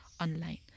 online